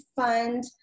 fund